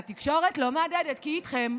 והתקשורת לא מהדהדת, כי היא איתכם.